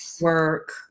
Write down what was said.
work